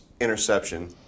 interception